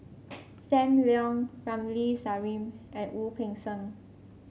Sam Leong Ramli Sarip and Wu Peng Seng